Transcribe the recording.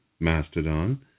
Mastodon